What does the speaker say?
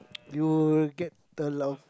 you'll get the love